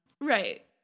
Right